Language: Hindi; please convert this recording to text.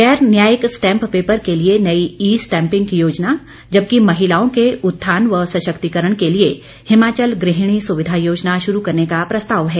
गैर न्यायिक स्टैंप पेपर के लिए नई ई स्टैंपिंग योजना जबकि महिलाओं के उत्थान व सशक्तिकरण के लिए हिमाचल गृहणी सुविधा योजना शुरू करने का प्रस्ताव है